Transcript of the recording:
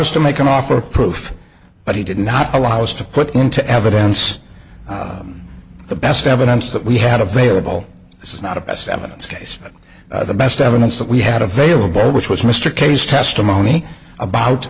us to make an offer of proof but he did not allow us to put into evidence the best evidence that we had available this is not a best evidence case but the best evidence that we had a favorable which was mr k s testimony about